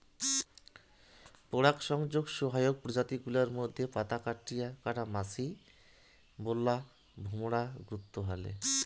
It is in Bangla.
পরাগসংযোগ সহায়ক প্রজাতি গুলার মইধ্যে পাতাকাটা মাছি, বোল্লা, ভোমরা গুরুত্ব ভালে